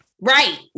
Right